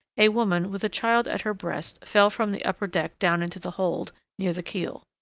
a woman, with a child at her breast, fell from the upper-deck down into the hold, near the keel.